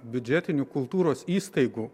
biudžetinių kultūros įstaigų